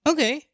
Okay